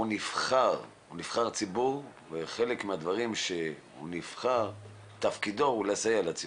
הוא נבחר ציבור וחלק מהדברים שהוא נבחר מתפקידו הוא לסייע לציבור,